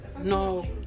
no